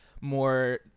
more